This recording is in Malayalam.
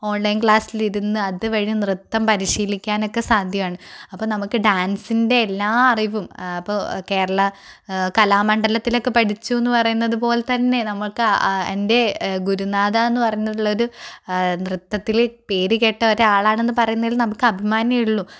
ഓൺലൈൻ ക്ലാസ്സിലിരുന്ന് അതുവഴി നൃത്തം പരിശീലിക്കാനൊക്കെ സാധ്യമാണ് അപ്പം നമുക്ക് ഡാൻസിൻ്റെ എല്ലാ അറിവും കേരള കലാമണ്ഡലത്തിലൊക്കെ പഠിച്ചുന്ന് പറയുന്നത് പോലെത്തന്നെ നമുക്ക് അ ആ എൻ്റെ ഗുരുനാഥ എന്നു പറഞ്ഞുള്ളാരു നൃതത്തിൽ പേരുകെട്ടൊരാളാണെന്ന് പറയുന്നതിൽ നമുക്ക് അഭിമാനമേ ഉള്ളു